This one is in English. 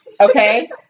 Okay